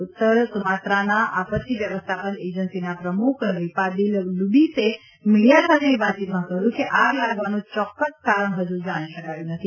ઉત્તર સુમાત્રાના આપત્તિ વ્યવસ્થાપન એજન્સીના પ્રમુખ રિપાદિલ લુબીસે મીડીયા સાથેની વાતચીતમાં કહ્યું છે કે આગ લાગવાનું ચૌક્કસ કારણ ફજુ જાણી શકાયું નથી